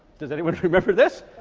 does anyone remember this?